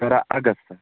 شُراہ اَگَستہٕ